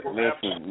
listen